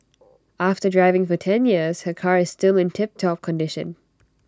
after driving for ten years her car is still in tiptop condition